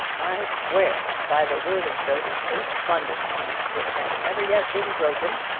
i swear, by the word of joseph h. bundercombe, which has never yet been broken,